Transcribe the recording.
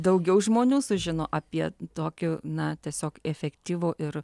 daugiau žmonių sužino apie tokių na tiesiog efektyvų ir